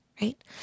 Right